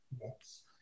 Yes